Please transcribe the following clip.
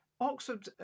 Oxford